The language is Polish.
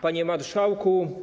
Panie Marszałku!